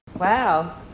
Wow